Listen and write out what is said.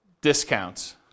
discounts